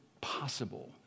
possible